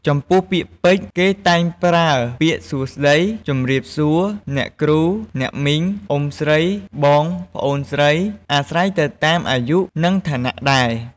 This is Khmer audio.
ចំពោះពាក្យពេចន៍ គេតែងប្រើពាក្យ សួស្ដី ជម្រាបសួរ អ្នកគ្រូ អ្នកមីង អ៊ុំស្រី បង ប្អូនស្រី អាស្រ័យទៅតាមអាយុ និងឋានៈដែរ។